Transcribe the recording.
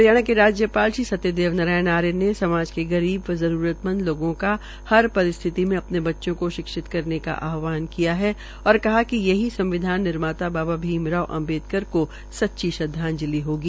हरियाणा के राज्यपाल श्री सत्यदेव नारायण आर्य ने समाज के गरीब व जरूरतमंद लोगों का हर परिस्थिति में अपने बच्चों को शिक्षित करने का आह्वान किया है और कहा कि यही संविधान निर्माता बाबा भीवराव अम्बेडकर को सच्ची श्रदवाजंलि होगी